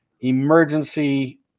emergency